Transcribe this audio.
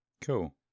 Cool